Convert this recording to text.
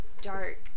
dark